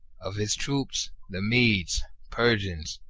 of its troops, the medes, persians,